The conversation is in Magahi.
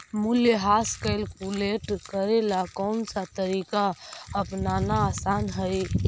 मूल्यह्रास कैलकुलेट करे ला कौनसा तरीका अपनाना आसान हई